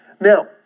Now